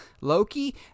Loki